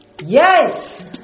Yes